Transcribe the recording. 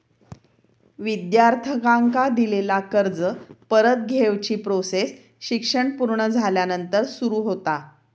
विद्यार्थ्यांका दिलेला कर्ज परत घेवची प्रोसेस शिक्षण पुर्ण झाल्यानंतर सुरू होता